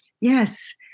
Yes